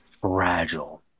fragile